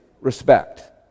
respect